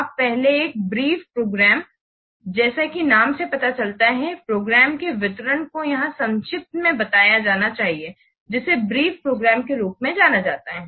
अब पहले एक ब्रीफ प्रोग्राम जैसा कि नाम से पता चलता है प्रोग्राम के विवरण को यहाँ संक्षेप में बताया जाना चाहिए जिसे ब्रीफ प्रोग्राम के रूप में जाना जाता है